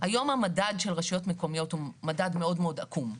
היום המדד של רשויות מקומיות הוא מדד מאוד מאוד עקום.